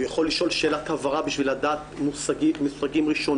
הוא יכול לשאול שאלת הבהרה בשביל לדעת מושגים ראשוניים,